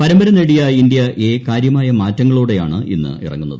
പരമ്പര നേടിയ India A കാര്യമായ മാറ്റങ്ങളോടെയാണ് ഇന്ന് ഇറങ്ങുന്നത്